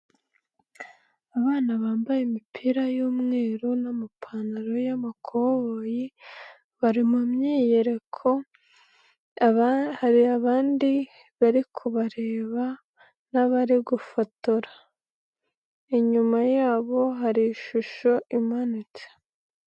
Abana bambaye imipira y'umweru n'amapantaro y'amakoboyi bari mu myiyereko hari abandi bari kubareba n'abari gufotora, inyuma yabo hari ishusho imanitse.